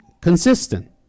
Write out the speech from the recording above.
consistent